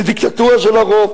זה דיקטטורה של הרוב.